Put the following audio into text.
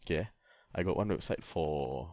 okay eh I got one website for